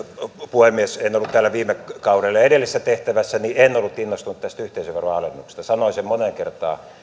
puhemies en ollut täällä viime kaudella ja edellisessä tehtävässäni en ollut innostunut tästä yhteisöveroalennuksesta sanoin sen moneen kertaan